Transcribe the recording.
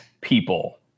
people